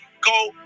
go